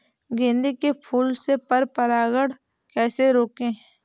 गेंदे के फूल से पर परागण कैसे रोकें?